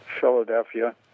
Philadelphia